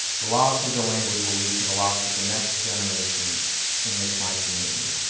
the loss of the language will lead to the loss of the next generation in the khmer community.